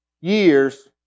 years